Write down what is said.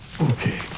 Okay